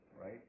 right